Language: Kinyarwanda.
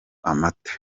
amata